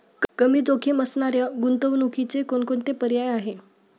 कमी जोखीम असणाऱ्या गुंतवणुकीचे कोणकोणते पर्याय आहे?